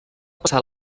passar